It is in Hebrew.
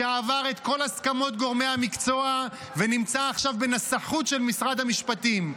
שעבר את כל הסכמות גורמי המקצוע ונמצא עכשיו בנסחוּת של משרד המשפטים.